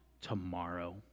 tomorrow